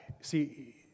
see